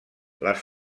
les